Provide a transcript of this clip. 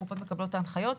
הקופות מקבלות את ההנחיות.